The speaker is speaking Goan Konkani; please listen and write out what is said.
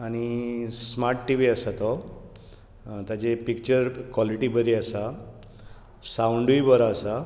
आनी स्मार्ट टिवी आसा तो ताची पिच्चर कॉलिटी बरी आसा सांवडूय बरो आसा